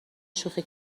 شوخی